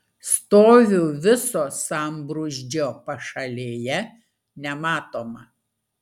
stoviu viso sambrūzdžio pašalėje nematoma